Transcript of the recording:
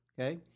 Okay